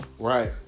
Right